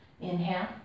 Inhale